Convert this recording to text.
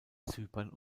zypern